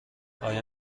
آیا